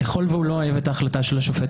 ככל שהוא לא אוהב את ההחלטה של השופט,